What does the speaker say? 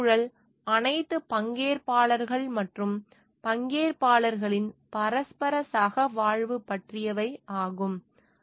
சுற்றுச்சூழலில் அனைத்து பங்கேற்பாளர்கள் மற்றும் பங்கேற்பாளர்களின் பரஸ்பர சகவாழ்வு பற்றியவை ஆகும்